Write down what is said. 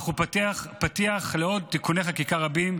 אך הוא פתיח לעוד תיקוני חקיקה רבים,